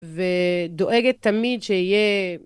ודואגת תמיד שיהיה...